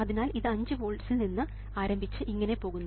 അതിനാൽ ഇത് 5 വോൾട്ടിൽ നിന്ന് ആരംഭിച്ച് ഇങ്ങനെ പോകുന്നു